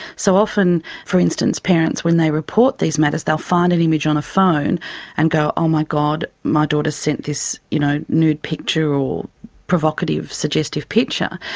so often, for instance parents when they report these matters, they'll find an image on a phone and go, oh my god, my daughter's sent this, you know, nude picture or provocative, suggestive picture.